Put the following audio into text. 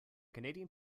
canadian